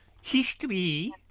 History